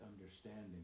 understanding